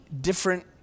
different